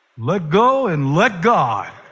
let go and let god.